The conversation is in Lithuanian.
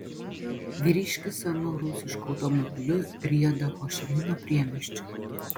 vyriškis senu rusišku automobiliu rieda ho ši mino priemiesčiu